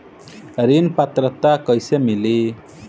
ऋण पात्रता कइसे मिली?